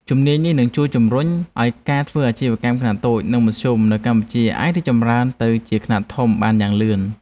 ជំនាញនេះនឹងជួយជំរុញឱ្យការធ្វើអាជីវកម្មខ្នាតតូច និងមធ្យមនៅកម្ពុជាអាចរីកចម្រើនទៅជាខ្នាតធំបានយ៉ាងលឿន។